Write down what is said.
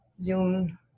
zoom